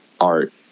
art